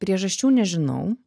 priežasčių nežinau